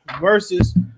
versus